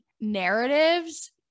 narratives